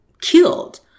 killed